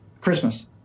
Christmas